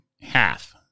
half